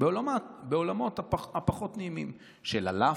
בעולמות הפחות-נעימים של הלאפות,